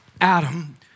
Adam